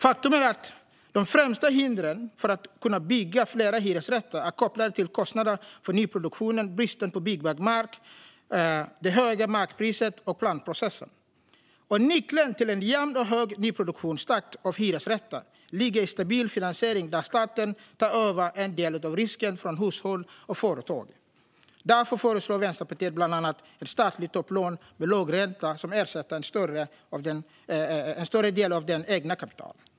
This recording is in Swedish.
Faktum är att de främsta hindren för att kunna bygga fler hyresrätter är kopplade till kostnader för nyproduktion, bristen på byggbar mark, höga markpriser och planprocessen. Nyckeln till en jämn och hög nyproduktionstakt av hyresrätter ligger i stabil finansiering, där staten tar över en del av risken från hushåll och företag. Därför föreslår Vänsterpartiet bland annat ett statligt topplån med låg ränta som ersätter en större del av det egna kapitalet.